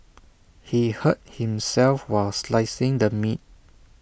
he hurt himself while slicing the meat